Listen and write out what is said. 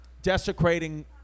Desecrating